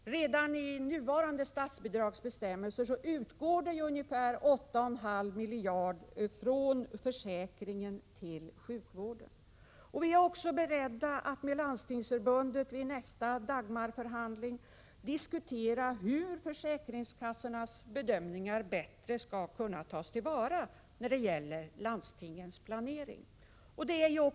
Redan enligt nuvarande statsbidragsbestämmelser utgår ungefär 8,5 miljarder kronor från försäkringen till sjukvården. Vi är också beredda att vid nästa förhandling med Landstingsförbundet diskutera hur försäkringskassornas bedömningar bättre skall kunna tas till vara när det gäller landstingens planering.